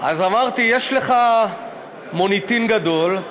אז אמרתי, יש לך מוניטין גדול.